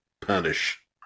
Punish